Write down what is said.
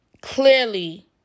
clearly